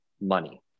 money